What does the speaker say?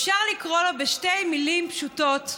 אפשר לקרוא לו בשתי מילים פשוטות: